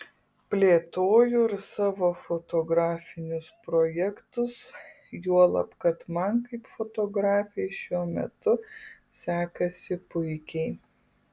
plėtoju ir savo fotografinius projektus juolab kad man kaip fotografei šiuo metu sekasi puikiai